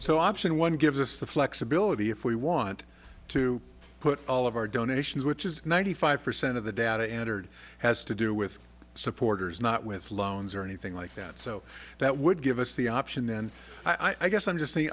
so option one gives us the flexibility if we want to put all of our donations which is ninety five percent of the data entered has to do with supporters not with loans or anything like that so that would give us the option then i guess i'm just saying